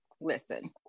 listen